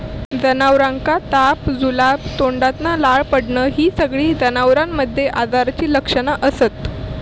जनावरांका ताप, जुलाब, तोंडातना लाळ पडना हि सगळी जनावरांमध्ये आजाराची लक्षणा असत